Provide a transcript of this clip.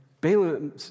Balaam